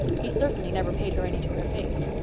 he certainly never paid her any to her face.